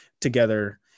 together